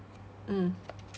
mm